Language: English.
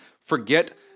forget